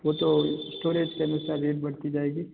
वो तो स्टोरेज के अनुसार से रेट बढ़ती जाएगी